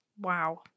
Wow